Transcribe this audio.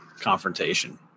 confrontation